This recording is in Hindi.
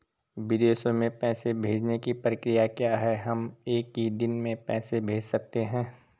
विदेशों में पैसे भेजने की प्रक्रिया क्या है हम एक ही दिन में पैसे भेज सकते हैं?